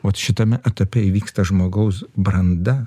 ot šitame etape įvyksta žmogaus branda